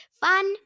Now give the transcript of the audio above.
Fun